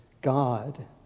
God